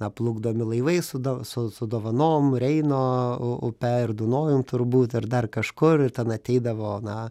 na plukdomi laivai su da su su dovanom reino upe ir dunojum turbūt ir dar kažkur ir ten ateidavo na